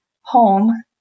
home